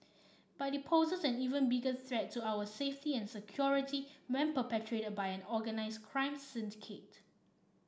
but it poses an even bigger threat to our safety and security when perpetrated by an organised crime syndicate